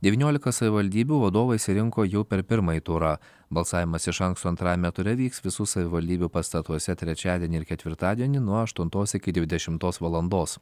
devyniolika savivaldybių vadovai surinko jau per pirmąjį turą balsavimas iš anksto antrajame ture vyks visų savivaldybių pastatuose trečiadienį ir ketvirtadienį nuo aštuntos iki dvidešimtos valandos